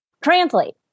translate